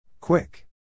Quick